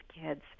kids